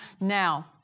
Now